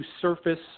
surface